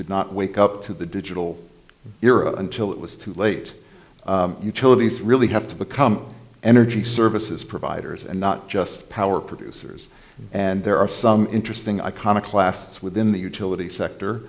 did not wake up to the digital era until it was too late utilities really have to become energy services providers and not just power producers and there are some interesting iconoclasts within the utility